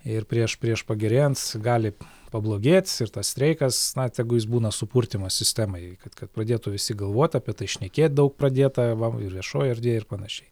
ir prieš prieš pagerėjant gali pablogėt ir tas streikas na tegu jis būna supurtymas sistemai kad kad pradėtų visi galvot apie tai šnekėt daug pradėta va ir viešoj erdvėj ir panašiai